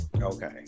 Okay